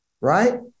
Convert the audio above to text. right